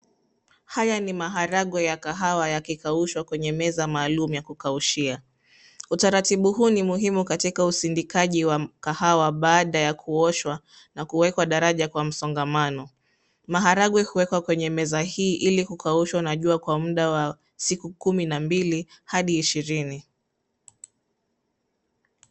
Haya ni maharagwe ya kahawa yakikaushwa kwenye meza maalum ya kukaushia. Utaratibu huu ni muhimu katika usindikaji wa kahawa baada ya kuoshwa na kuwekwa daraja kwa msongamano. Maharagwe huwekwa kwenye meza hii ili yakaushwa kwa muda wa siku kumi na mbili hadi ishirini.